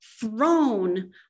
thrown